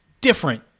different